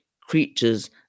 creatures